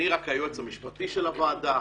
אני רק היועץ המשפטי של הוועדה,